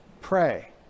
pray